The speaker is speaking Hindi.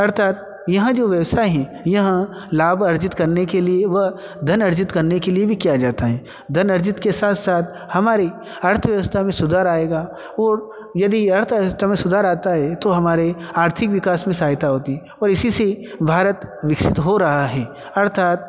अर्थात यह जो व्यवसाय है यह लाभ अर्जित करने के लिए व धन अर्जित करने के लिए ही किया जाता है धन अर्जित के साथ साथ हमारे अर्थव्यवस्था में सुधार आएगा और यदि अर्थव्यवस्था में सुधार आता है तो हमारे आर्थिक विकास में सहायता होती हैं और इसी से ही भारत विकसित हो रहा है अर्थात